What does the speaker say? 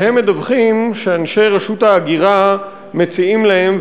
והם מדווחים שאנשי רשות ההגירה מציעים להם,